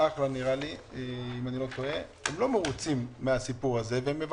עמותת אחל"ה (איכות חיים לתושבי השרון) לא מרוצים מן הסיפור הזה ומבקשים